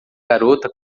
garota